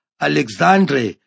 Alexandre